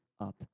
up